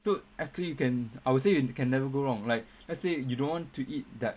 so actually you can I would say you can never go wrong like let's say you don't want to eat that